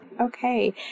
Okay